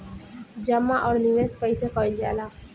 जमा और निवेश कइसे कइल जाला?